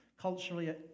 culturally